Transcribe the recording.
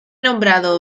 nombrado